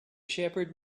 shepherd